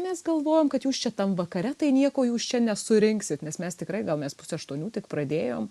mes galvojom kad jūs čia tam vakare tai nieko jūs čia nesurinksit nes mes tikrai gal mes pusę aštuonių tik pradėjom